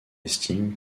estime